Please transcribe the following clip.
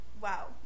Wow